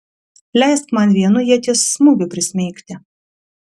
leisk man vienu ieties smūgiu prismeigti